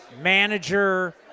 manager